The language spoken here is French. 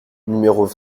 numéros